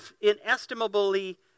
inestimably